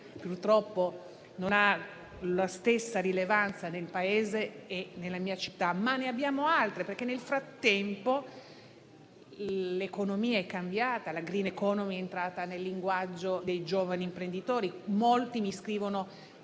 purtroppo non ha la stessa rilevanza nel Paese e nella mia città, ma ne abbiamo altre, perché nel frattempo l'economia è cambiata e la *green economy* è entrata nel linguaggio dei giovani imprenditori. Molti mi scrivono